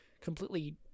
completely